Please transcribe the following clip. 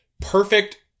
perfect